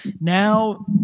now